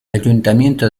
ayuntamiento